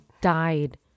died